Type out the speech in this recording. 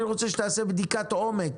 אני רוצה שתעשה בדיקת עומק,